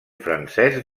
francès